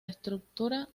estructura